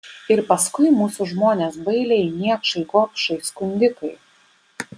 ir paskui mūsų žmonės bailiai niekšai gobšai skundikai